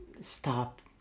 stop